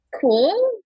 cool